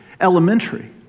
elementary